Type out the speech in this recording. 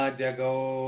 jago